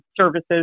services